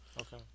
okay